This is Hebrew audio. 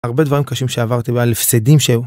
הרבה דברים קשים שעברתי, ועל הפסדים שהם.